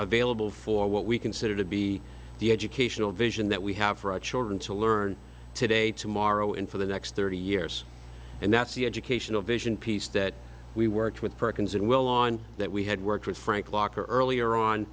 available for what we consider to be the educational vision that we have for our children to learn today tomorrow and for the next thirty years and that's the educational vision piece that we worked with perkins and well on that we had worked with frank locker earlier on